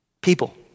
People